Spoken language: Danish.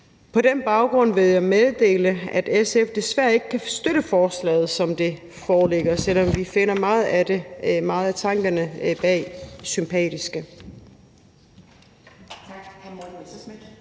På den baggrund vil jeg meddele, at SF desværre ikke kan støtte forslaget, som det foreligger, selv om vi finder mange af tankerne bag det sympatiske.